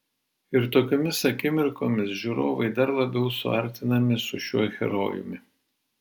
ir tokiomis akimirkomis žiūrovai dar labiau suartinami su šiuo herojumi